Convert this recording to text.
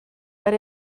but